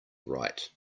right